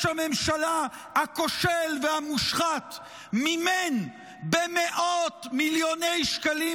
הממשלה הכושל והמושחת מימן במאות מיליוני שקלים,